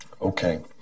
Okay